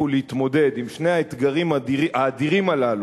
להתמודד עם שני האתגרים האדירים הללו,